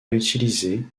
réutilisés